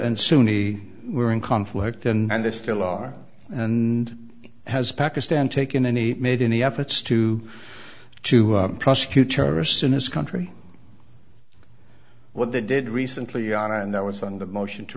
and sunni were in conflict and they still are and has pakistan taken any made any efforts to to prosecute terrorists in this country what they did recently on and that was on the motion to